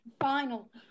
final